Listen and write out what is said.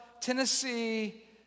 Tennessee